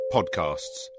Podcasts